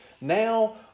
now